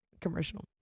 commercial